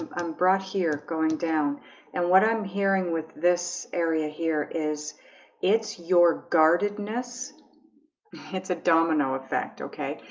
um i'm brought here going down and what i'm hearing with this area here is it's your guardedness it's a domino effect okay,